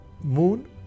moon